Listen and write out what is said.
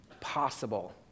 possible